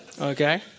okay